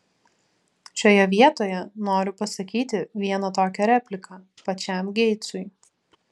šioje vietoje noriu pasakyti vieną tokią repliką pačiam geitsui